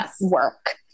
work